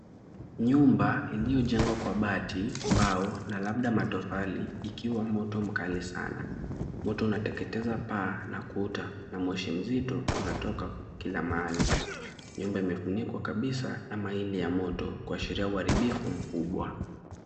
Nyumba iliyojengwa kwa bati, mbao na labda matofali ikiwa moto mkali sana moto unateketeza paa na kuta, moshi mzito unaonekana kila mahali nyumba imefunikwa kabisa na miali ya moto kuashiria uharibifu mkubwa.